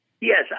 Yes